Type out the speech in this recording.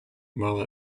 while